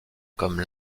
comme